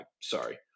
Sorry